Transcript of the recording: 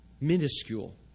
minuscule